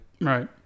Right